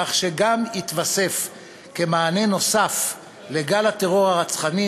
כך שגם יתווסף כמענה נוסף לגל הטרור הרצחני